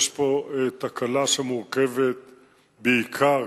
יש פה תקלה שמורכבת בעיקר,